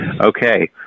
Okay